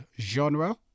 genre